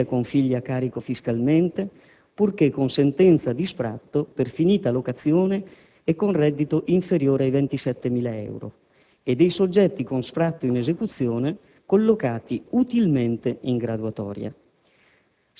famiglie con figli a carico fiscalmente, purché con sentenza di sfratto per finita locazione e con reddito inferiore ai 27.000 euro, e dei soggetti con sfratto in esecuzione collocati utilmente in graduatoria.